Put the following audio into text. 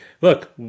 look